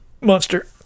monster